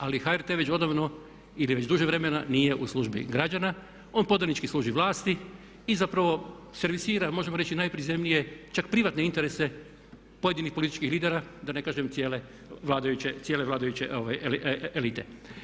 Ali HRT već odavno ili već duže vremena nije u službi građana, on podanički služi vlasti i zapravo servisira, možemo reći i najprizemnije, čak privatne interese pojedinih političkih lidera, da ne kažem cijele vladajuće elite.